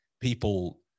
people